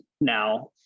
Now